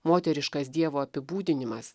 moteriškas dievo apibūdinimas